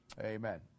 Amen